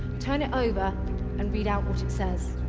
turn it over and read out what it says